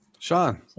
sean